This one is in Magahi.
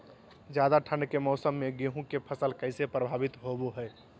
ज्यादा ठंड के मौसम में गेहूं के फसल कैसे प्रभावित होबो हय?